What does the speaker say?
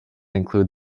include